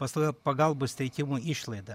paslauga pagalbos teikimo išlaida